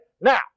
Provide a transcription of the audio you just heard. Now